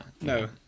no